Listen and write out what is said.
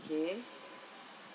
okay